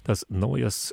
tas naujas